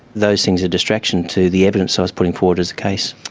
those things are distractions to the evidence i was putting forward as a case.